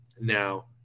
now